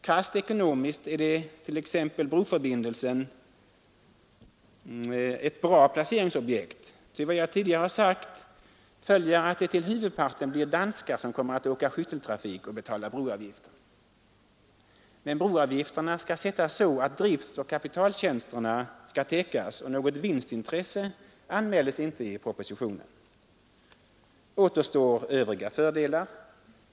Krasst ekonomiskt är t.ex. broförbindelsen ett bra placeringsobjekt, ty av vad jag tidigare har sagt följer att det till huvudparten blir danskar som kommer att åka skytteltrafik och betala broavgifter. Men broavgifterna skall sättas så att driftoch kapitaltjänster skall täckas, och något vinstintresse anmäls inte i propositionen. Återstår övriga fördelar.